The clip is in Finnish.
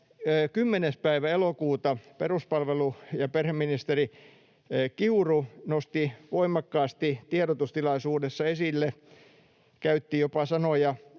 elokuuta peruspalvelu- ja perheministeri Kiuru nosti voimakkaasti tiedotustilaisuudessa esille tämän asian,